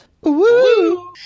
Woo